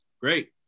Great